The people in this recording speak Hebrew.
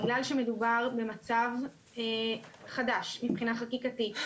בגלל שמדובר במצב חדש מבחינה חקיקתית,